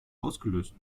ausgelöst